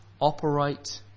operate